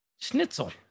Schnitzel